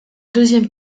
deuxième